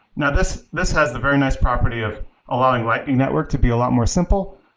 now, this this has the very nice property of allowing lightning network to be a lot more simple,